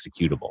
executable